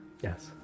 Yes